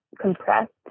compressed